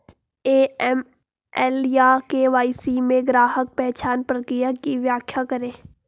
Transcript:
AML या KYC में ग्राहक पहचान प्रक्रिया की व्याख्या करें?